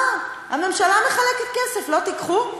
מה, הממשלה מחלקת כסף, לא תיקחו?